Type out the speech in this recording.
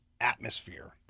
atmosphere